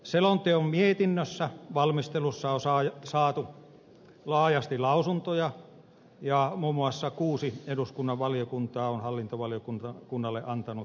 selonteon mietinnössä sen valmistelussa on saatu laajasti lausuntoja ja muun muassa kuusi eduskunnan valiokuntaa on hallintovaliokunnalle antanut lausunnon